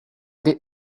did